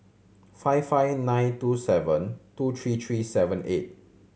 five five nine two seven two three three seven eight